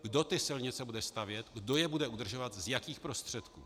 Kdo ty silnice bude stavět, kdo je bude udržovat, z jakých prostředků.